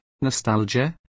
nostalgia